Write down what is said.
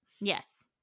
Yes